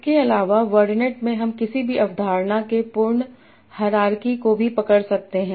इसके अलावा वर्डनेट में हम किसी भी अवधारणा के पूर्ण हायरार्की को भी पकड़ सकते हैं